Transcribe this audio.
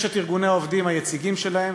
יש את ארגוני העובדים היציגים שלהם,